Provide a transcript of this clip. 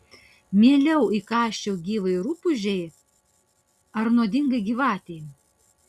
mieliau įkąsčiau gyvai rupūžei ar nuodingai gyvatei